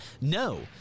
No